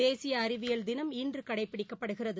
தேசியஅறிவியல் தினம் இன்றுகடைப்பிடிக்கப்படுகிறது